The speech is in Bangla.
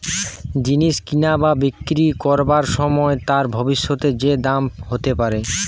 জিনিস কিনা বা বিক্রি করবার সময় তার ভবিষ্যতে যে দাম হতে পারে